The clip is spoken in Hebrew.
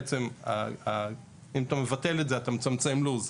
בעצם אם אתה מבטל את זה, אתה מצמצם לו"ז.